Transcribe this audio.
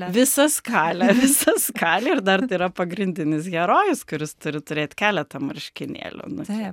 visa skalė visa skalė ir dar tai yra pagrindinis herojus kuris turi turėt keletą marškinėlių nu